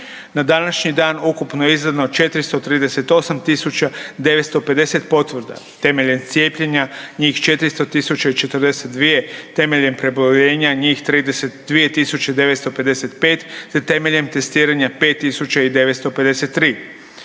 Na današnji dan ukupno je izdano 438 950 potvrda. Temeljem cijepljenja, njih 400 042, temeljem preboljenjja njih 32 955 te temeljem testiranja 5 953.